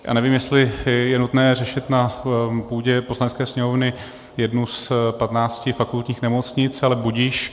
Já nevím, jestli je nutné řešit na půdě Poslanecké sněmovny jednu z patnácti fakultních nemocnic, ale budiž.